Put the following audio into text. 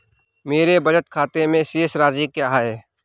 मेरे बचत खाते में शेष राशि क्या है?